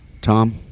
Tom